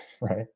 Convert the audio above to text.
right